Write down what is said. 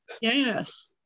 yes